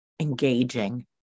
engaging